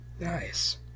Nice